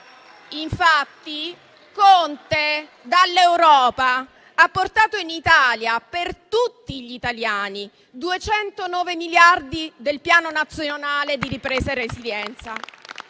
Infatti, Conte dall'Europa ha portato in Italia per tutti gli italiani 209 miliardi del Piano nazionale di ripresa e resilienza.